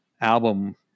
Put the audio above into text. album